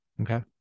Okay